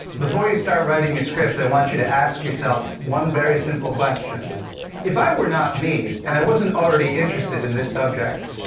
before you start writing your script, i want you to ask yourself one very simple question if i were not me, and i wasn't already interested in this subject,